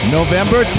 November